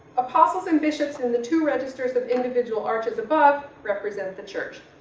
apostles and bishops and the two registers of individual arches above represent the church.